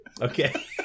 Okay